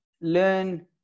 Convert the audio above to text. learn